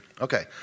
Okay